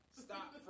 stop